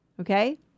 Okay